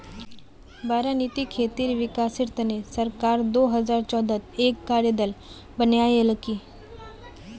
बारानीत खेतीर विकासेर तने सरकार दो हजार चौदहत एक कार्य दल बनैय्यालकी